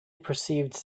perceived